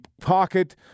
pocket